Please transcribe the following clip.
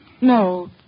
No